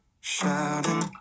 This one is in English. shouting